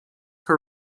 her